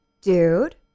Dude